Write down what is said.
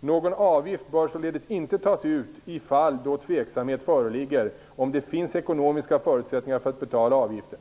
Någon avgift bör således inte tas ut i fall då tveksamhet föreligger om det finns ekonomiska förutsättningar för att betala avgiften.